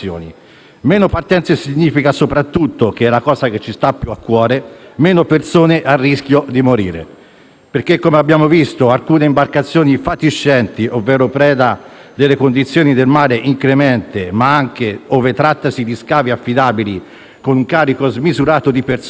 Meno partenze significa soprattutto - che è la cosa che ci sta più a cuore - meno persone a rischio di morire. Come abbiamo visto, infatti, alcune imbarcazioni fatiscenti, ovvero preda delle condizioni del mare inclemente, ma anche, ove trattasi di scafi affidabili, con un carico smisurato di persone,